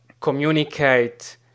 communicate